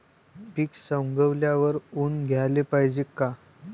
पीक सवंगल्यावर ऊन द्याले पायजे का?